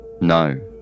No